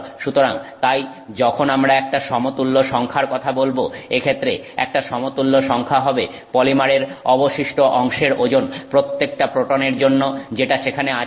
সুতরাং তাই যখন আমরা একটা সমতুল্য সংখ্যার কথা বলব এক্ষেত্রে একটা সমতুল্য সংখ্যা হবে পলিমারের অবশিষ্ট অংশের ওজন প্রত্যেকটা প্রোটনের জন্য যেটা সেখানে আছে